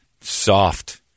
Soft